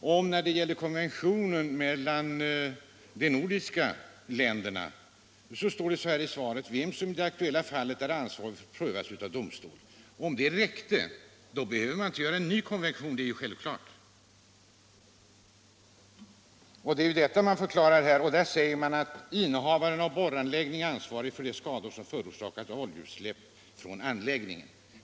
Om konventionen mellan de nordiska länderna står det: ”Vem som i det aktuella fallet är ansvarig får prövas av domstol.” Om det räckte behövde man inte någon ny konvention — det är självklart. Enligt den nya konventionen blir ”innehavaren av borranläggning ansvarig för de skador som kan förorsakas av oljeutsläpp från anläggningen”.